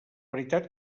veritat